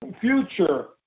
future